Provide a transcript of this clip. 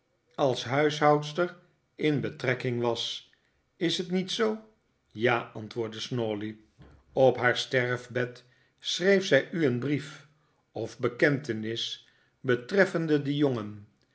als huishoudster in betrekking was is het niet zoo ja antwoordde snawley op haar sterfbed schreef zij u een brief of bekentenis betreffende dien jongen